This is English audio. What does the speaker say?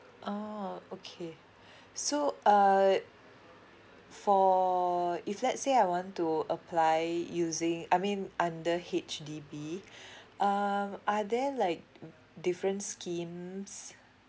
oh okay so uh for if let's say I want to apply using I mean under H_D_B um are there like different schemes